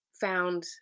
found